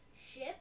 ship